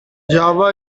java